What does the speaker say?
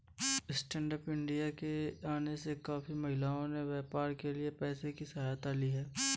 stand up India के आने से काफी महिलाओं ने व्यापार के लिए पैसों की सहायता ली है